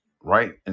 right